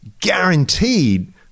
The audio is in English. guaranteed